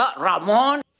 Ramon